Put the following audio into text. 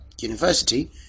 University